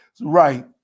right